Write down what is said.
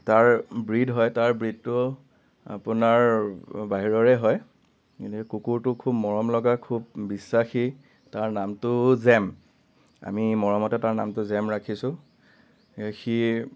তাৰ ব্ৰিড হয় তাৰ ব্ৰিডটো আপোনাৰ বাহিৰৰে হয় এনেই কুকুৰটো খুব মৰমলগা খুব বিশ্বাসী তাৰ নামটো জেম আমি মৰমতে তাৰ নামটো জেম ৰাখিছোঁ সি